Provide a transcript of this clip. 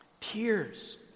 tears